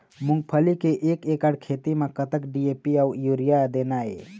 मूंगफली के एक एकड़ खेती म कतक डी.ए.पी अउ यूरिया देना ये?